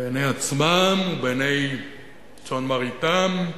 בעיני עצמם, בעיני צאן מרעיתם,